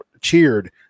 cheered